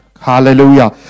Hallelujah